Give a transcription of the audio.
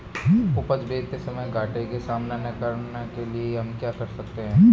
उपज बेचते समय घाटे का सामना न करने के लिए हम क्या कर सकते हैं?